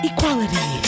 Equality